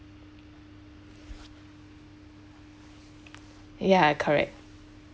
yeah it correct